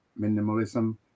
minimalism